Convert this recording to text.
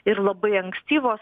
ir labai ankstyvos